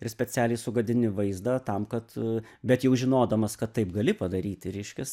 ir specialiai sugadinti vaizdą tam kad bet jau žinodamas kad taip gali padaryti reiškias